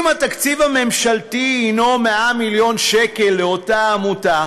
אם התקציב הממשלתי הנו 100 מיליון שקל לאותה עמותה,